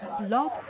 Love